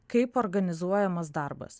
kaip organizuojamas darbas